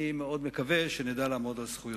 אני מאוד מקווה שנדע לעמוד על זכויותינו.